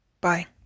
Bye